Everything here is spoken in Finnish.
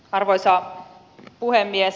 arvoisa puhemies